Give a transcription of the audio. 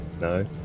no